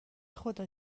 خدا